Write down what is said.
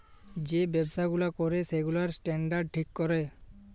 যে ব্যবসা গুলা ক্যরে সেগুলার স্ট্যান্ডার্ড ঠিক ক্যরে